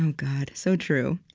and god, so true.